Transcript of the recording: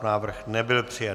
Návrh nebyl přijat.